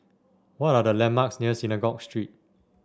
what are the landmarks near Synagogue Street